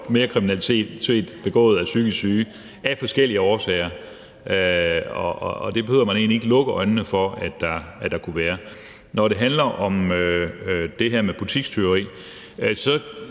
var mere kriminalitet begået af psykisk syge af forskellige årsager, og det behøver man egentlig ikke lukke øjnene for der kunne være. Når det handler om det her med butikstyveri,